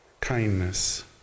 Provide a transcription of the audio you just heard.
kindness